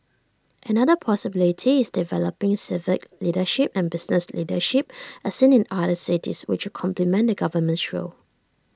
another possibility is developing civic leadership and business leadership as seen in other cities which could complement the government's role